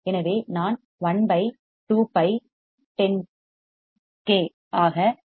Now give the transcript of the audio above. எனவே நான் 1 பை 𝜋 2 பை𝜋 10 கி ஆக 0